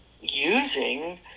using